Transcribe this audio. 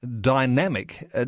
dynamic